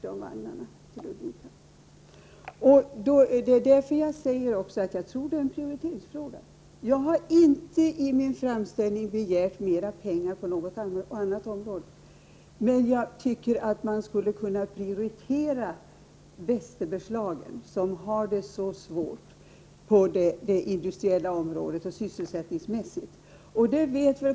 Det är också därför jag säger att jag tror att det är en prioriteringsfråga. Jag har i min framställning inte begärt mera pengar, men jag tycker att man skulle kunna prioritera Västerbergslagen, som har det så svårt på det industriella området och sysselsättningsmässigt.